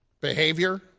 behavior